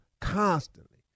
constantly